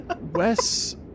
Wes